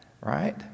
right